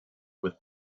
with